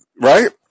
right